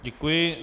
Děkuji.